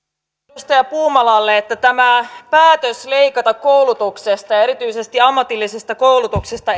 edustaja puumalalle että tämä päätös leikata koulutuksesta ja erityisesti ammatillisesta koulutuksesta